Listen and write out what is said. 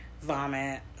vomit